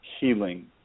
healing